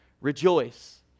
Rejoice